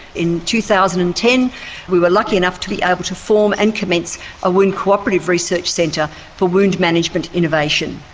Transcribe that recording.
in two thousand and ten we were lucky enough to be able to form and commence a wound cooperative research centre for wound management innovation.